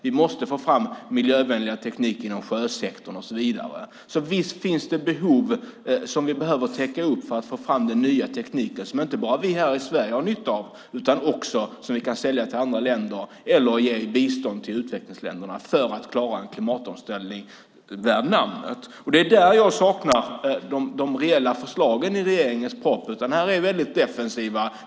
Vi måste också få fram en miljövänligare teknik inom sjösektorn och så vidare, så visst finns det behov som vi behöver täcka när det gäller att få fram den nya tekniken. Det har inte bara vi här i Sverige nytta av. Vi kan ju också sälja den nya tekniken till andra länder eller ge den i bistånd till utvecklingsländerna - detta för att klara en klimatomställning värd namnet. Det är i det avseendet jag saknar reella förslag i regeringens proposition. Ni är väldigt defensiva.